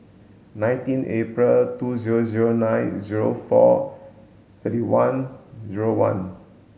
nineteen April two zero zero nine zero four thirty one zero one